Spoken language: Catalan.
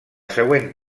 següent